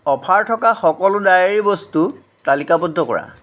offer থকা সকলো ডায়েৰীৰ বস্তু তালিকাবদ্ধ কৰা